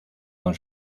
con